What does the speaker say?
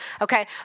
Okay